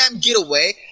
getaway